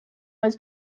was